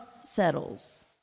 settles